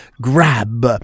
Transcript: grab